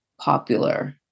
popular